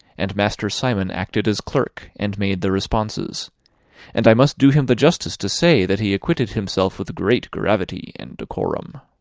and master simon acted as clerk, and made the responses and i must do him the justice to say that he acquitted himself with great gravity and decorum.